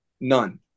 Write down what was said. None